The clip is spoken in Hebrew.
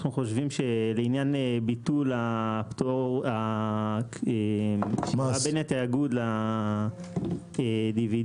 אנחנו חושבים שלעניין ביטול הפטור בין התאגוד לדיבידנד,